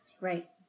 Right